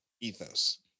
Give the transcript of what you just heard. ethos